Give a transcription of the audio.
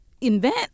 invent